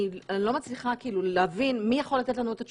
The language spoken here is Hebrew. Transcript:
אני לא מצליחה להבין מי יכול לתת לנו את התשובה,